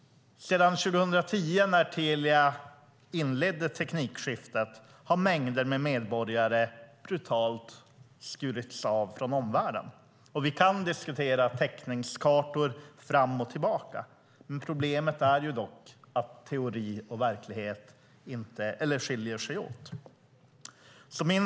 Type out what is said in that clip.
Sedan 2010 när Telia inledde teknikskiftet har mängder av medborgare brutalt skurits av från omvärlden. Vi kan diskutera täckningskartor fram och tillbaka, men problemet är att teori och verklighet skiljer sig åt.